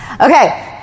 okay